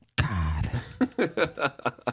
God